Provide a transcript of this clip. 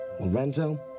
Lorenzo